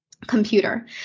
computer